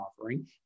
offering